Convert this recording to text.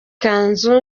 kanzu